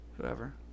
Whoever